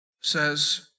says